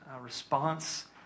response